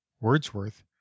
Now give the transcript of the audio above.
Wordsworth